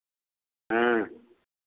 हाँ